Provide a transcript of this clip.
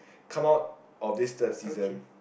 come out of this third season